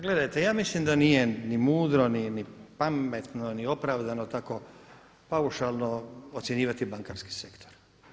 gledajte ja mislim da nije ni mudro ni pametno ni opravdano tako paušalno ocjenjivati bankarski sektor.